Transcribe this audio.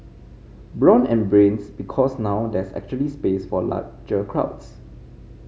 brawn and Brains Because now there's actually space for larger crowds